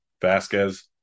Vasquez